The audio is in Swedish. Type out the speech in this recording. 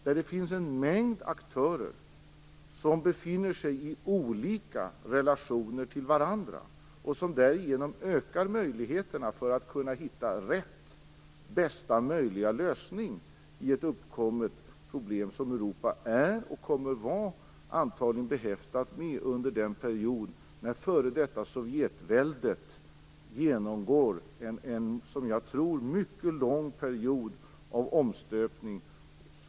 Det finns en mängd aktörer som har olika relationer till varandra och som därigenom ökar möjligheterna att hitta den rätta och bästa möjliga lösningen på ett uppkommet problem. Detta problem är Europa behäftat med och kommer antagligen att vara det under den period då det före detta Sovjetväldet genomgår en, som jag tror, mycket lång period av omstöpning.